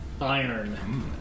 iron